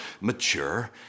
mature